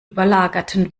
überlagerten